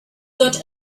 got